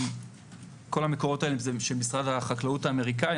כל המקורות האלה זה של משרד החקלאות האמריקאי.